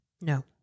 No